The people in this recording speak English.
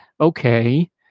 Okay